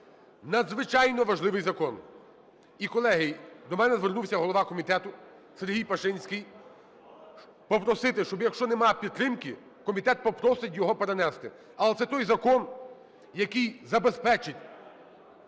Надзвичайно важливий закон. І, колеги, до мене звернувся голова комітету Сергій Пашинський попросити, щоб, якщо нема підтримки, комітет попросить його перенести. Але це той закон, який забезпечить